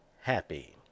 happy